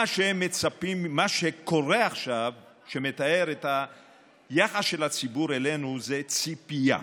מה שמתאר את היחס של הציבור אלינו זו ציפייה.